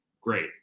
Great